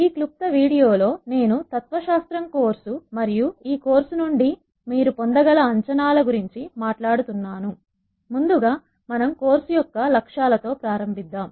ఈ క్లుప్త వీడియోలో నేను తత్వశాస్త్రం కోర్సు మరియు ఈ కోర్సు నుండి మీరు పొందగల అంచనాల గురించి మాట్లాడుతున్నాను ముందుగా మనం కోర్సు యొక్క లక్ష్యాలతో ప్రారంభిద్దాం